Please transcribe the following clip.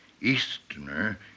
Easterner